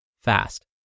fast